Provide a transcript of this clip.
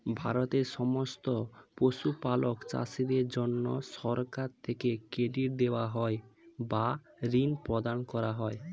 ভারতের সমস্ত পশুপালক চাষীদের জন্যে সরকার থেকে ক্রেডিট দেওয়া হয় বা ঋণ প্রদান করা হয়